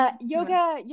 Yoga